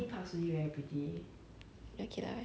so like 说实话 I think she pretty lah